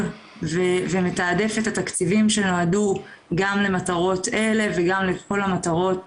ומתעדף את התקציבים שיועדו גם למטרות אלה וגם לכל המטרות